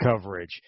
coverage